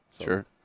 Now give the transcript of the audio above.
sure